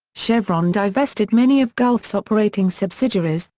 chevron divested many of gulf's operating subsidiaries,